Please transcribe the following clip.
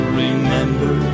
remember